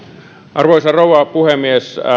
arvoisa rouva puhemies